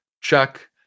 Check